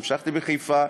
המשכתי בחיפה,